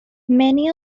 many